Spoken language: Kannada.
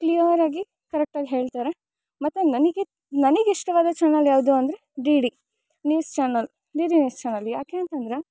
ಕ್ಲಿಯರಾಗಿ ಕರೆಕ್ಟಾಗಿ ಹೇಳ್ತಾರೆ ಮತ್ತು ನನಗೆ ನನಿಗಿಷ್ಟವಾದ ಚಾನೆಲ್ ಯಾವುದು ಅಂದರೆ D D news channel D D news channel ಯಾಕೆ ಅಂತಂದರೆ